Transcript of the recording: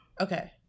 Okay